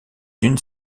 d’une